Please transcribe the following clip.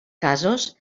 casos